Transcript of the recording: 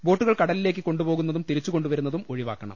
ബോട്ടുകൾ കടലിലേക്ക് കൊണ്ടുപോകുന്നതും തിരിച്ചുകൊണ്ടു വരുന്നതും ഒഴിവാക്കണം